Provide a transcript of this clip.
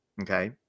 Okay